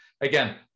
again